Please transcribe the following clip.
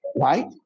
right